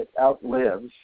outlives